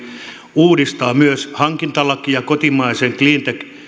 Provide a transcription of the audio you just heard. uudistaa hankintalakia kotimaista cleantechiä